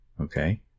Okay